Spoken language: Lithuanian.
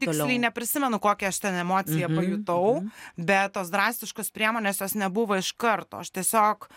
tiksliai neprisimenu kokią aš ten emociją pajutau bet tos drastiškos priemonės jos nebuvo iš karto aš tiesiog